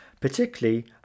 particularly